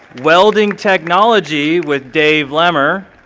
welding technology with dave lemmer.